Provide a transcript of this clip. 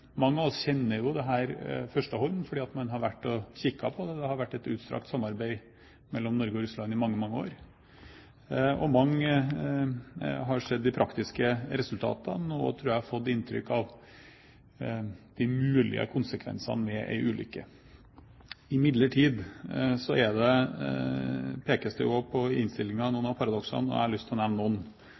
Mange av oss kjenner jo dette førstehånds, fordi man har vært og kikket på det. Det har vært et utstrakt samarbeid mellom Norge og Russland i mange, mange år. Mange har sett de praktiske resultatene, og jeg tror fått inntrykk av de mulige konsekvensene ved en ulykke. Imidlertid pekes det jo også i innstillingen på noen av paradoksene, og jeg har lyst til å nevne noen.